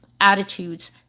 attitudes